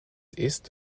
ist